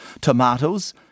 tomatoes